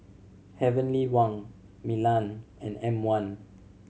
Heavenly Wang Milan and M One